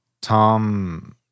Tom